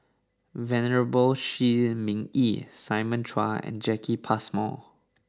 Venerable Shi Ming Yi Simon Chua and Jacki Passmore